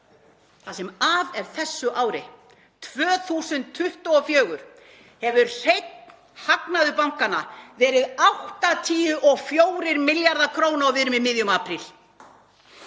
Það sem af er þessu ári, 2024, hefur hreinn hagnaður bankanna verið 84 milljarðar kr., og við erum í miðjum apríl.